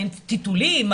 האם טיטולים,